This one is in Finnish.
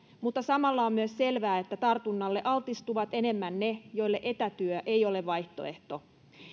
mutta samalla on myös selvää että tartunnalle altistuvat enemmän ne joille etätyö ei ole vaihtoehto